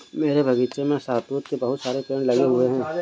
मेरे बगीचे में शहतूत के बहुत सारे पेड़ लगे हुए हैं